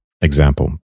example